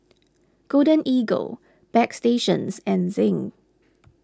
Golden Eagle Bagstationz and Zinc